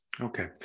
Okay